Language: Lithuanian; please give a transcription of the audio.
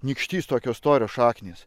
nykštys tokio storio šaknys